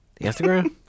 Instagram